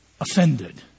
Offended